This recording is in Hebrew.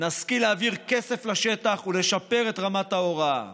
נשכיל להעביר כסף לשטח ולשפר את רמת ההוראה,